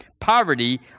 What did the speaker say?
poverty